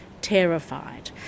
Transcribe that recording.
terrified